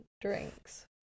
drinks